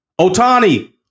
Otani